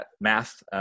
math